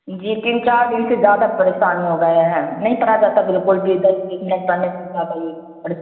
جی تین چار دن سے زیادہ پریشانی ہو گیا ہے نہیں پرھا جاتا بالکل بھی دس منٹ پڑنے سے زیادہ